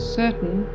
certain